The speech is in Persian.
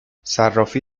صرافی